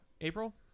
April